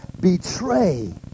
betray